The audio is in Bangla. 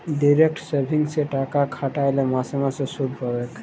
ডিরেক্ট সেভিংসে টাকা খ্যাট্যাইলে মাসে মাসে সুদ পাবেক